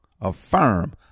Affirm